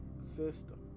system